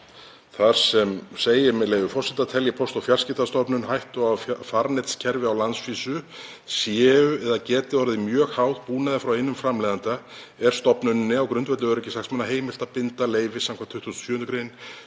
þar sem segir, með leyfi forseta: „Telji Póst- og fjarskiptastofnun hættu á að farnetskerfi á landsvísu séu eða geti orðið mjög háð búnaði frá einum framleiðanda er stofnuninni, á grundvelli öryggishagsmuna, heimilt að binda leyfi skv. 27. gr.